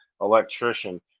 electrician